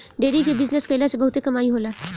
dairy के business कईला से बहुते कमाई होला